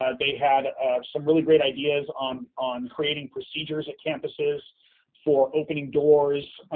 ah they had some really great ideas on on creating procedures at campuses for opening doors,